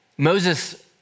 Moses